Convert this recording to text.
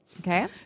Okay